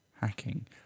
hacking